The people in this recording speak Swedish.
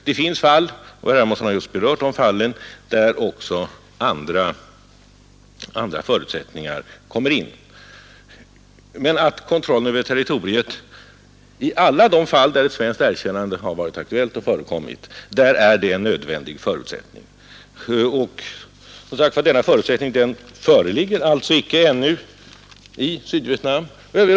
Det finns fall — och herr Hermansson har just berört de fallen - där också andra förutsättningar kommer in. Men kontrollen över territoriet har varit en nödvändig förutsättning i alla de fall där svenskt erkännande har varit aktuellt och förekommit. Denna förutsättning föreligger alltså icke ännu i Sydvietnam.